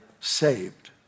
Saved